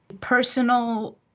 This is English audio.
personal